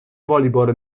والیبال